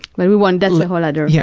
but we won't, that's a whole other. yeah.